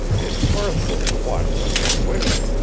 it's mirthful to watch the man wiggle.